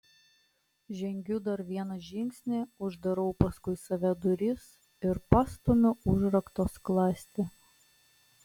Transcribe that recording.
žengiu dar vieną žingsnį uždarau paskui save duris ir pastumiu užrakto skląstį